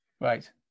Right